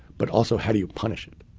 but also how do you punish it?